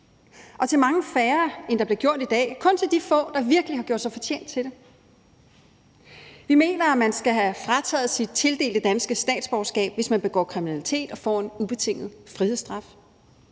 og til mange færre, end der bliver givet til i dag. Det skal kun være til de få, der virkelig har gjort sig fortjent til det. Vi mener, at man skal have frataget sit tildelte danske statsborgerskab, hvis man begår kriminalitet og får en ubetinget frihedsstraf.